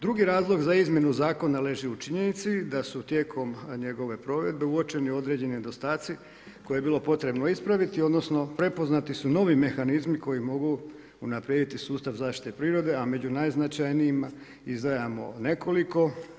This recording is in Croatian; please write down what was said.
Drugi razlog za izmjenu zakona leži u činjenici da su tijekom njegove provedbe uočeni određeni nedostaci koje je bilo potrebno ispraviti odnosno prepoznati su novi mehanizmi koji mogu unaprijediti sustav zaštite prirode a među najznačajnijim izdvajamo nekoliko.